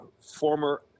former